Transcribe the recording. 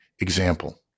example